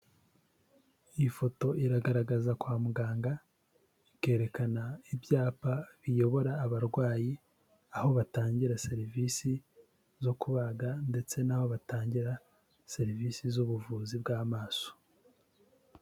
Iyi foto iragaragaza kwa muganga ikerekana ibyapa biyobora abarwayi aho batangira serivisi zo kubaga ndetse n'aho batangira serivisi z'ubuvuzi bw'amaso.